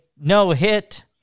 no-hit